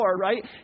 right